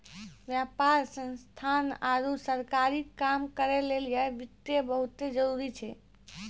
व्यापार संस्थान आरु सरकारी काम करै लेली वित्त बहुत जरुरी छै